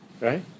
Right